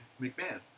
McMahon